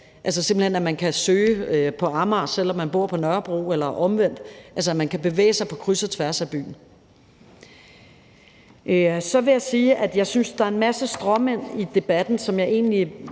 altså simpelt hen kan søge på Amager, selv om man bor på Nørrebro eller omvendt, altså at man kan bevæge sig på kryds og tværs af byen. Så vil jeg sige, at jeg synes, der er en masse stråmænd i debatten, og det